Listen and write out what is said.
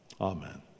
amen